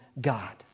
God